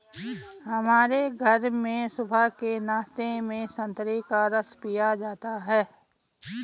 हमारे घर में सुबह के नाश्ते में संतरे का रस पिया जाता है